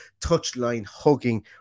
touchline-hugging